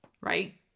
Right